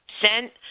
sent